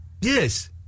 Yes